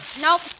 Nope